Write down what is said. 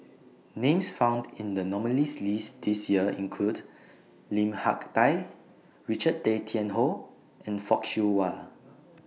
Names found in The nominees' list This Year include Lim Hak Tai Richard Tay Tian Hoe and Fock Siew Wah